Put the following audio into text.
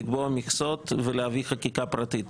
לקבוע מכסות ולהביא חקיקה פרטית.